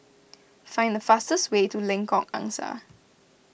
find the fastest way to Lengkok Angsa